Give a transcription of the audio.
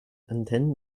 antennen